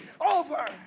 Over